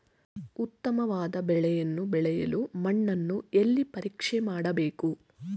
ಉತ್ತಮವಾದ ಬೆಳೆಯನ್ನು ಬೆಳೆಯಲು ಮಣ್ಣನ್ನು ಎಲ್ಲಿ ಪರೀಕ್ಷೆ ಮಾಡಬೇಕು?